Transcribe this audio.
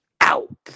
out